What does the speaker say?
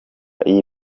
y’i